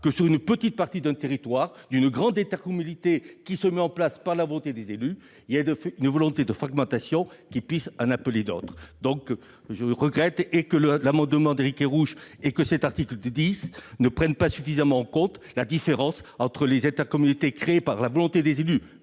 que, sur une petite partie d'un territoire d'une grande intercommunalité mise en place par la volonté des élus, ne se manifeste une intention de fragmentation en appelant d'autres. Je regrette que cet amendement de suppression et cet article ne prennent pas suffisamment en compte la différence entre les intercommunalités créées par la volonté des élus